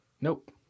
Nope